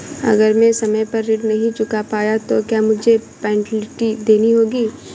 अगर मैं समय पर ऋण नहीं चुका पाया तो क्या मुझे पेनल्टी देनी होगी?